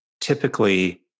typically